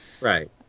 right